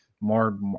more